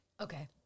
Okay